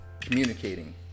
communicating